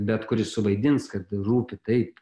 bet kuris suvaidins kad rūpi taip